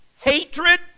hatred